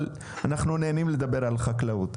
אבל אנחנו נהנים לדבר על חקלאות.